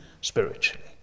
spiritually